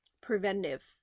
preventive